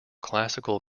classical